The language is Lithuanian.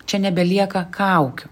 čia nebelieka kaukių